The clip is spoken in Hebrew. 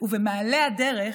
ובמעלה הדרך,